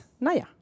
Naya